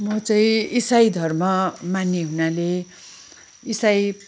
म चाहिँ इसाई धर्म मान्ने हुनाले इसाई